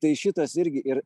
tai šitas irgi ir